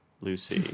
Lucy